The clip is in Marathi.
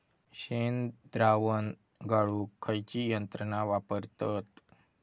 शेणद्रावण गाळूक खयची यंत्रणा वापरतत?